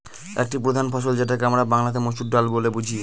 একটি প্রধান ফসল যেটাকে আমরা বাংলাতে মসুর ডাল বলে বুঝি